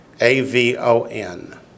A-V-O-N